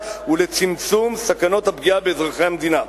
ולצמצום סכנות הפגיעה באזרחי המדינה.